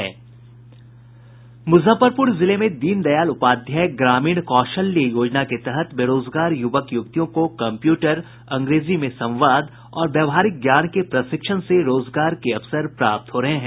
मुजफ्फरपुर जिले में दीनदयाल उपाध्याय ग्रामीण कौशल्य योजना के तहत बेरोजगार युवक युवतियों को कंप्यूटर अंग्रेजी में संवाद और व्यावहारिक ज्ञान के प्रशिक्षण से रोजगार के अवसर प्राप्त हो रहे हैं